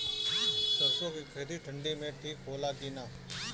सरसो के खेती ठंडी में ठिक होला कि ना?